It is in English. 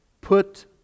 put